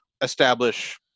establish